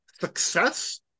success